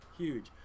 huge